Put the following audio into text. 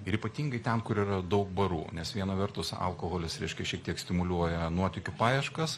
ir ypatingai ten kur yra daug barų nes viena vertus alkoholis reiškia šiek tiek stimuliuoja nuotykių paieškas